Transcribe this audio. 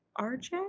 RJ